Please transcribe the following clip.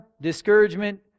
discouragement